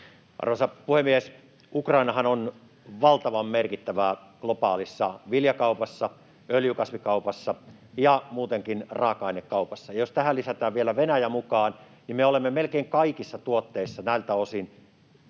Arvoisa puhemies! Ukrainahan on valtavan merkittävä globaalissa viljakaupassa, öljykasvikaupassa ja muutenkin raaka-ainekaupassa. Jos tähän lisätään vielä Venäjä mukaan, niin me olemme melkein kaikissa tuotteissa näiltä osin